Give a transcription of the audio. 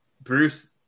bruce